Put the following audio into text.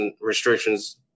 restrictions